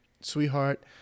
sweetheart